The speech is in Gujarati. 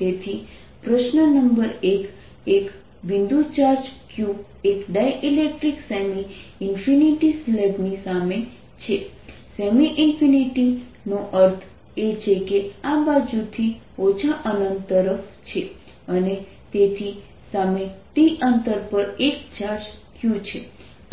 તેથી પ્રશ્ન નંબર 1 એક બિંદુ ચાર્જ q એક ડાઇલેક્ટ્રિક સેમી ઈન્ફિનિટ સ્લેબની સામે છે સેમી ઈન્ફિનિટનો અર્થ એ છે કે આ બાજુથી અનંત તરફ છે અને તેની સામે d અંતર પર એક ચાર્જ q છે